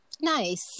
Nice